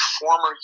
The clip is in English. former